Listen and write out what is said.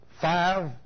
five